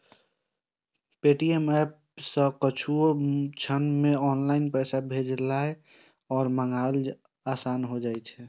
Paytm app सं किछुए क्षण मे ऑनलाइन पैसा भेजनाय आ मंगेनाय आसान होइ छै